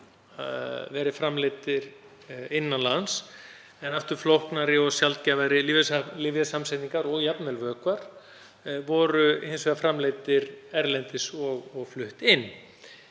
verið framleiddir innan lands. Flóknari og sjaldgæfari lyfjasamsetningar, og jafnvel vökvar, voru hins vegar framleiddar erlendis og fluttar inn.